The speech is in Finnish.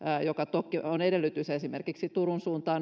joka on edellytys esimerkiksi turun suuntaan